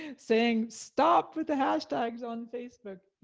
and saying stop with the hashtags on facebook,